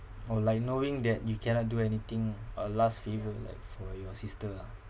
or like knowing that you cannot do anything a last favour like for your sister ah